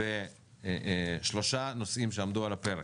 לפתרונות בשלושה נושאים שעמדו על הפרק.